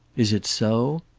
is it so?